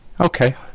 Okay